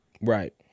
Right